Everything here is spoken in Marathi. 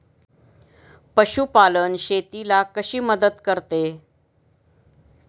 पशुपालन शेतीला कशी मदत करते?